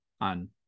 on